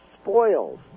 spoils